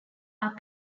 are